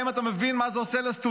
האם אתה מבין מה זה עושה לסטודנטים?